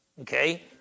okay